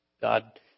God